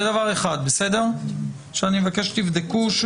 זה דבר אחד שאני מבקש שתבדקו.